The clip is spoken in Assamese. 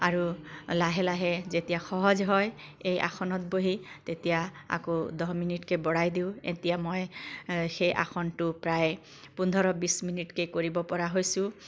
আৰু লাহে লাহে যেতিয়া সহজ হয় এই আসনত বহি তেতিয়া আকৌ দহ মিনিটকৈ বঢ়াই দিওঁ এতিয়া মই সেই আসনটো প্ৰায় পোন্ধৰ বিছ মিনিটকৈ কৰিব পৰা হৈছোঁ